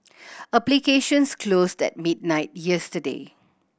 applications closed at midnight yesterday